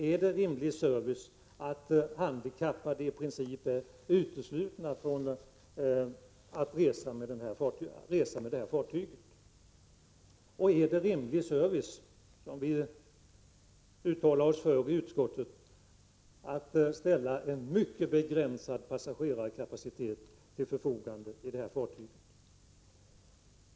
Är det rimlig service att handikappade i princip är uteslutna från att resa med det fartyget? Är det rimlig service — som vi har frågat också i utskottet — att med detta fartyg ställa en mycket begränsad passagerarkapacitet till förfogande?